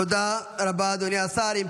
תודה רבה, אדוני השר.